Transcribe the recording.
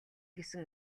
гэсэн